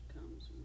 comes